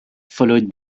followed